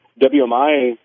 WMI